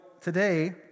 today